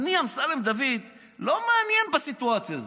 אני, אמסלם דוד, לא מעניין בסיטואציה הזאת.